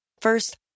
First